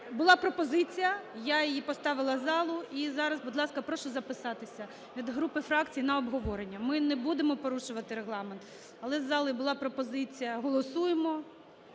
Була пропозиція, я її поставила в зал. І зараз, будь ласка, прошу записатися від груп і фракцій на обговорення. Ми не будемо порушувати Регламент, але із залу була пропозиція - голосуємо.